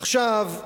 עכשיו,